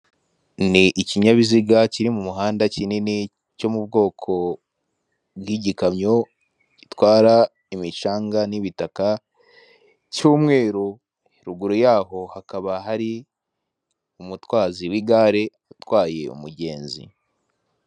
Ni ikinyabiziga kiri mumuhanda kinini cyomubwoko bw'igikamyo gitwara imicanga n'ibitaka cy'umweru, ruguru yaho hakaba hari umutwazi wigare utwaye uyu mugenzi.